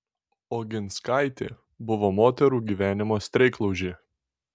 oginskaitė buvo moterų gyvenimo streiklaužė